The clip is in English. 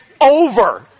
over